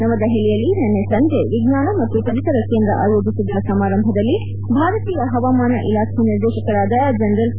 ನವದೆಹಲಿಯಲ್ಲಿ ನಿನ್ನೆ ಸಂಜೆ ವಿಜ್ವಾನ ಮತ್ತು ಪರಿಸರ ಕೇಂದ್ರ ಆಯೋಜಿಸಿದ್ದ ಸಮಾರಂಭದಲ್ಲಿ ಭಾರತೀಯ ಹವಾಮಾನ ಇಲಾಖೆ ನಿರ್ದೇತಕರಾದ ಜನರಲ್ ಕೆ